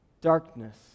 darkness